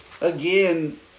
again